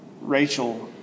Rachel